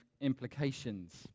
implications